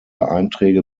einträge